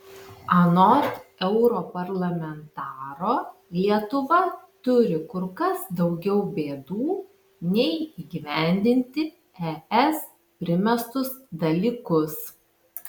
anot europarlamentaro lietuva turi kur kas daugiau bėdų nei įgyvendinti es primestus dalykus